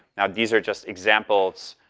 now, these are just examples.